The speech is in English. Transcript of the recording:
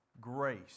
grace